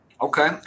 Okay